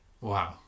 wow